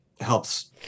helps